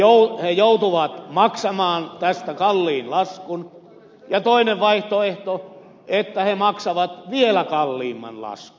he joutuvat maksamaan tästä kalliin laskun ja toinen vaihtoehto on että he maksavat vielä kalliimman laskun